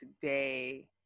today